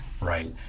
right